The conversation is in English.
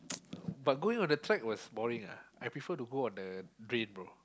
but going on the track was boring ah I prefer to go on the drain bro